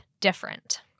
different